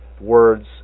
words